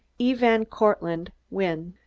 e. van cortlandt wynne